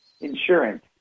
insurance